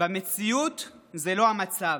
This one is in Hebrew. במציאות זה לא המצב.